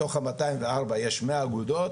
מתוך המאתיים וארבע יש מאה אגודות,